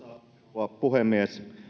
rouva puhemies